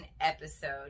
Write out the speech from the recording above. episode